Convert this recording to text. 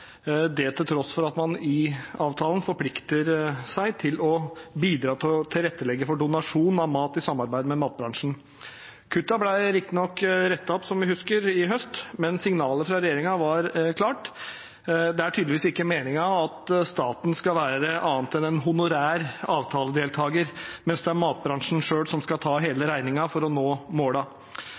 til tross for at man i avtalen forplikter seg til å bidra til å tilrettelegge for donasjon av mat i samarbeid med matbransjen. Kuttene ble riktignok rettet opp i høst, som vi husker, men signalet fra regjeringen var klart. Det er tydeligvis ikke meningen at staten skal være annet enn en honorær avtaledeltager, mens det er matbransjen selv som skal ta hele regningen for å nå